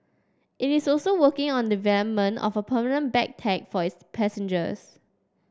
it is also working on development of a permanent bag tag for its passengers